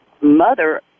mother